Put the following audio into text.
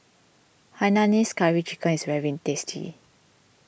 Hainanese Curry Chicken is very tasty